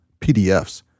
PDFs